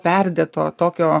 perdėto tokio